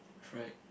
fried